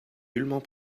nullement